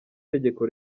tegeko